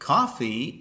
Coffee